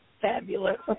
Fabulous